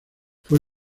fue